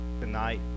tonight